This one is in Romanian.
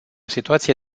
situație